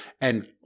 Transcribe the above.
And-